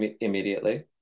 immediately